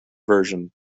version